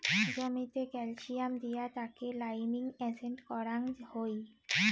জমিতে ক্যালসিয়াম দিয়া তাকে লাইমিং এজেন্ট করাং হই